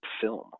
film